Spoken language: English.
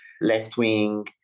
left-wing